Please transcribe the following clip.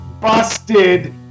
Busted